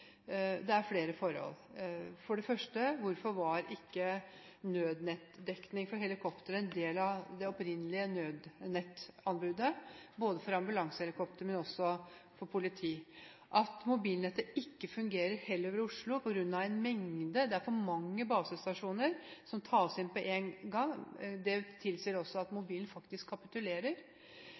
Det er flere forhold – for det første: Hvorfor var ikke nødnettdekning for helikoptre en del av det opprinnelige nødnettanbudet både for ambulansehelikoptrene og for politiet? At mobilnettet heller ikke fungerer i Oslo på grunn av at det tas inn for mange basestasjoner på en gang, tilsier også at mobilen faktisk kapitulerer.